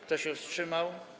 Kto się wstrzymał?